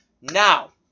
Now